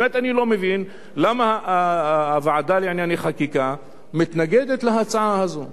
באמת אני לא מבין למה הוועדה לענייני חקיקה מתנגדת להצעה הזו.